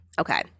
Okay